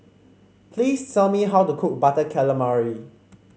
please tell me how to cook Butter Calamari